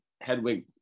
Hedwig